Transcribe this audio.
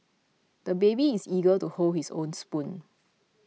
the baby is eager to hold his own spoon